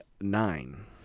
nine